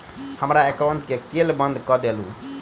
हमरा एकाउंट केँ केल बंद कऽ देलु?